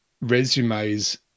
resumes